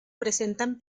presentan